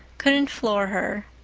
couldn't floor her.